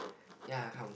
ya come